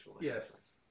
Yes